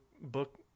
book